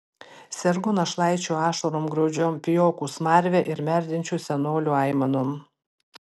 sergu našlaičių ašarom graudžiom pijokų smarve ir merdinčių senolių aimanom